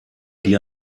die